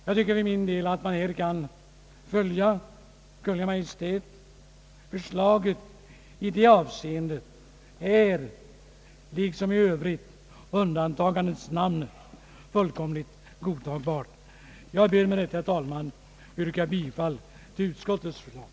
Jag tycker för min del att man här kan följa Kungl. Maj:ts förslag, som i det avseendet liksom i övrigt — undantagandes namnet är fullständigt godtagbari. Jag ber med detta, herr talman, att få yrka bifall till utskottets förslag.